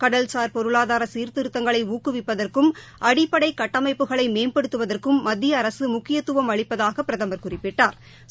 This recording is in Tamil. கடல்சார் பொருளாதார சீர்திருத்தங்களை ஊக்கவிப்பதற்கும் மேம்படுத்துவதற்கும் மத்திய அரசு முக்கியத்தவம் அளிப்பதாக பிரதம் குறிப்பிட்டாா்